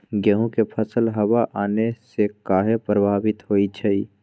गेंहू के फसल हव आने से काहे पभवित होई छई?